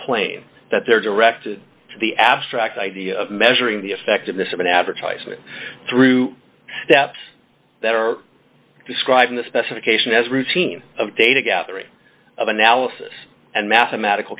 plain that they're directed to the abstract idea of measuring the effectiveness of an advertisement through steps that are describing the specification as routine of data gathering of analysis and mathematical